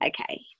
okay